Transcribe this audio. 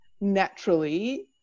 naturally